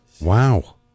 Wow